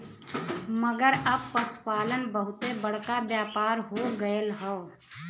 मगर अब पसुपालन बहुते बड़का व्यापार हो गएल हौ